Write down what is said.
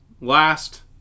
Last